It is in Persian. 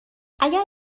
اگر